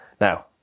now